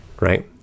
right